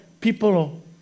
people